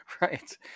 Right